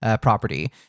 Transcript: property